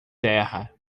terra